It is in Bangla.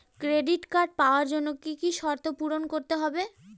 ক্রেডিট কার্ড পাওয়ার জন্য কি কি শর্ত পূরণ করতে হবে?